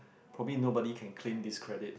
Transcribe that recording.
probably nobody can claim this credit